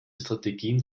strategien